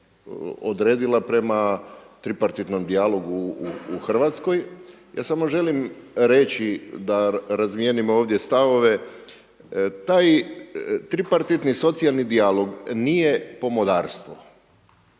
odredila prema tripartitnom dijalogu u Hrvatskoj. Ja samo želim reći da razmjenjujemo ovdje stavove, taj tripartitni socijalni dijalog nije pomodarstvo.